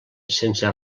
sense